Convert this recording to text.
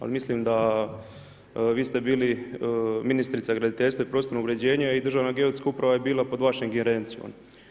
Ali, mislim da vi ste bili ministrica graditeljstva i prostornog uređenja i državna geodetska uprava je bila pod vašem ingerencijom.